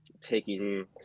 taking